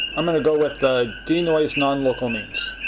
um and go with the denoise nonlocal means.